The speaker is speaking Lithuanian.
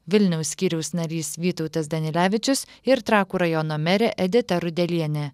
vilniaus skyriaus narys vytautas danilevičius ir trakų rajono merė edita rudelienė